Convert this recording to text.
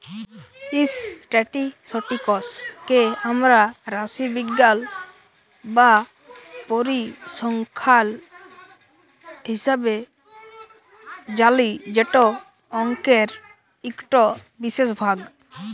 statistics কে আমরা রাশিবিজ্ঞাল বা পরিসংখ্যাল হিসাবে জালি যেট অংকের ইকট বিশেষ ভাগ